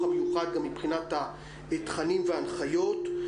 המיוחד גם מבחינת התכנים וההנחיות.